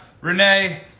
Renee